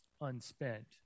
unspent